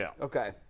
Okay